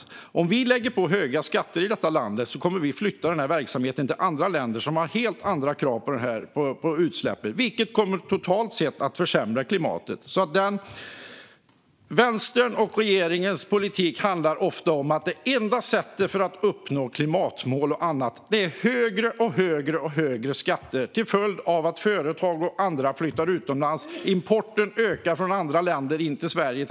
Om vi i detta land lägger på höga skatter kommer vi att flytta verksamheten till andra länder som har helt andra krav på utsläpp, vilket totalt sett kommer att försämra klimatet. Vänsterns och regeringens politik handlar ofta om att det enda sättet att uppnå klimatmål och annat är högre och högre skatter. Det får till följd att företag och andra flyttar utomlands. Importen från andra länder till Sverige ökar.